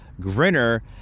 Grinner